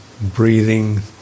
breathing